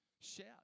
Shout